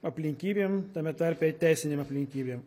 aplinkybėm tame tarpe ir teisinėm aplinkybėm